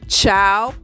Ciao